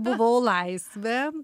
buvau laisvė